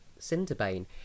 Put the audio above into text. Cinderbane